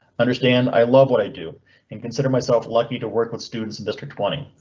understand i love what i do and consider myself lucky to work with students in district twenty.